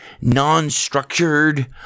non-structured